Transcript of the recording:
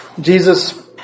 Jesus